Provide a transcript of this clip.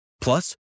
Plus